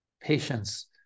Patience